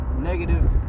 negative